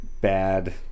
bad